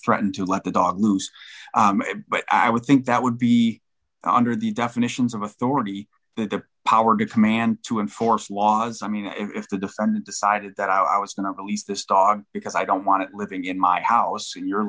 threatened to let the dog loose but i would think that would be under the definitions of authority that the power to command to enforce laws i mean if the defendant decided that i was going to release this dog because i don't want it living in my house you're